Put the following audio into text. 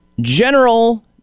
general